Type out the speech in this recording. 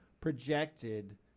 projected